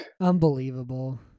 Unbelievable